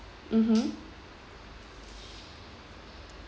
mmhmm